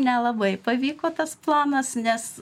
nelabai pavyko tas planas nes